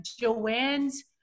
Joanne's